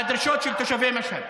לדרישות של תושבי משהד.